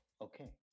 okay